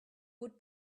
would